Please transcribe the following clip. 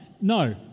No